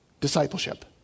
discipleship